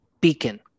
Beacon